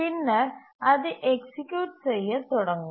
பின்னர் அது எக்சீக்யூட் செய்ய தொடங்கும்